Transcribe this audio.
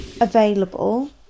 available